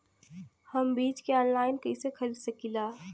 हम बीज के आनलाइन कइसे खरीद सकीला?